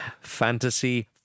fantasy